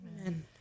Amen